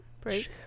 Break